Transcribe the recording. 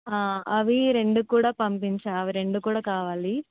అవి రెండు కూడా పంపించండి అవి రెండు కూడా కావాలి